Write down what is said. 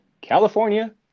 California